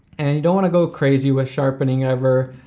and you don't want to go crazy with sharpening ever.